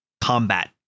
combat